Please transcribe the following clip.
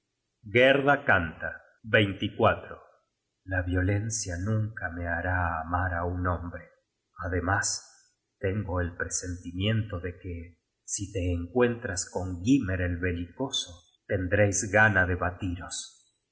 gerda canta la violencia nunca me hará amar á un hombre ademas tengo el presentimiento de que si te encuentras con gymer el belicoso tendreis gana de batiros